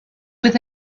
with